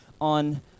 on